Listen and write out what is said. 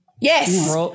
Yes